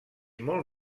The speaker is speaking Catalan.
molt